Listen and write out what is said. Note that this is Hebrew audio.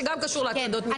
שגם קשור להטרדות מיניות.